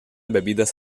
bebidas